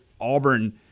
Auburn